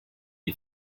you